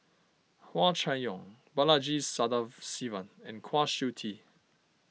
Hua Chai Yong Balaji Sadasivan and Kwa Siew Tee